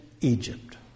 Egypt